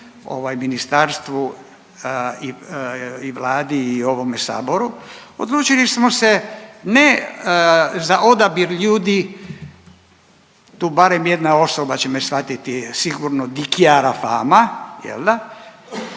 ministarstvu i Vladi i ovome Saboru. Odlučili smo se ne za odabir ljudi, tu barem jedna osoba će me shvatiti sigurno di ciara fama, jel' da?